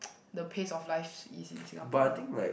the pace of life is in Singapore